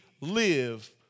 live